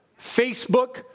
Facebook